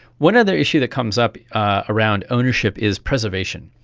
one other issue that comes up ah around ownership is preservation.